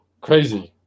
Crazy